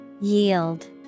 Yield